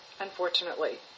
unfortunately